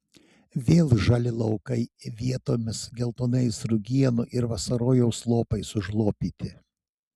vėl žali laukai vietomis geltonais rugienų ir vasarojaus lopais užlopyti